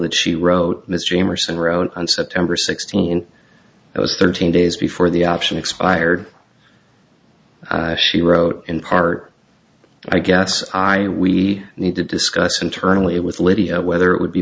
that she wrote this stream or some wrote on september sixteenth it was thirteen days before the option expired she wrote in part i guess i we need to discuss internally with libya whether it would be